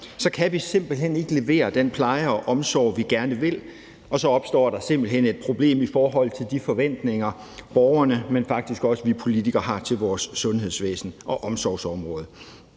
kan vi simpelt hen ikke levere den pleje og omsorg, vi gerne vil, og så opstår der simpelt hen et problem i forhold til de forventninger, borgerne, men faktisk også vi politikere har til vores sundhedsvæsen og omsorgsområde.